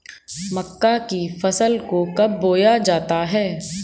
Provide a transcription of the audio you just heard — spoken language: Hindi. मक्का की फसल को कब बोया जाता है?